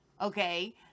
okay